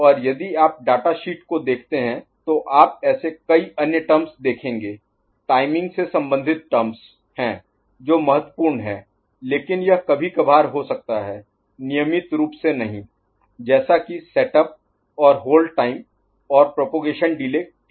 और यदि आप डाटा शीट को देखते हैं तो आप ऐसे कई अन्य टर्म्स देखेंगे टाइमिंग से संबंधित टर्म्स हैं जो महत्वपूर्ण हैं लेकिन यह कभी कभार हो सकता है नियमित रूप से नहीं जैसा कि सेटअप और होल्ड टाइम और प्रोपगेशन डिले के लिए हो रहा है